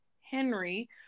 Henry